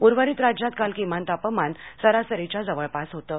उर्वरित राज्यात काल किमान तापमान सरासरीच्या जवळपास होतं